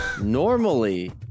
normally